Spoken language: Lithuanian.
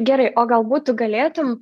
gerai o galbūt tu galėtum